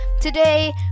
Today